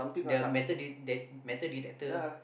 the metal detec~ metal detector